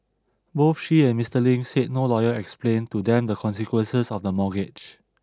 both she and Mister Ling said no lawyer explained to them the consequences of the mortgage